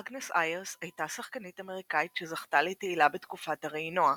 אגנס איירס הייתה שחקנית אמריקאית שזכתה לתהילה בתקופת הראינוע.